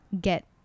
get